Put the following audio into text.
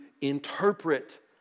interpret